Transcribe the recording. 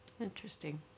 Interesting